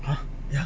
!huh!